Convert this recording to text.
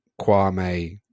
Kwame